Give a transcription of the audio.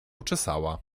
czesała